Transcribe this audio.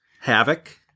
Havoc